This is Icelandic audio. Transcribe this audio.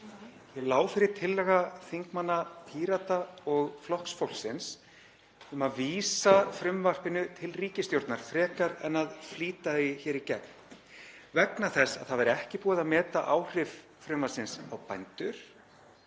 Hér lá fyrir tillaga þingmanna Pírata og Flokks fólksins um að vísa frumvarpinu til ríkisstjórnar frekar en að flýta því hér í gegn vegna þess að það væri ekki búið að meta áhrif frumvarpsins á bændur,